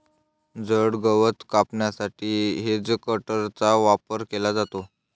जड गवत कापण्यासाठी हेजकटरचा वापर केला जातो